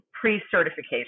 pre-certification